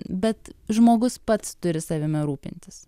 bet žmogus pats turi savimi rūpintis